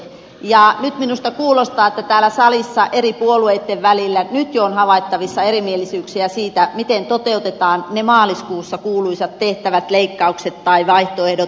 ja nyt minusta kuulostaa että täällä salissa eri puolueiden välillä nyt jo on havaittavissa erimielisyyksiä siitä miten toteutetaan ne maalliskuussa tehtävät kuuluisat leikkaukset tai vaihtoehdot